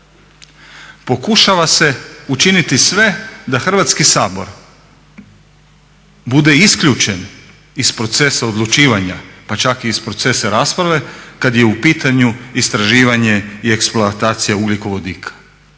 Pokušava se učiniti sve da Hrvatski sabor bude isključen iz procesa odlučivanja, pa čak i iz procesa rasprave, kad je u pitanju istraživanje i eksploatacija ugljikovodika.